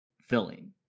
filling